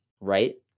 right